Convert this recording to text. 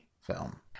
film